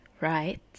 right